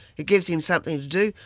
it gives him something to do.